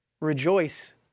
Rejoice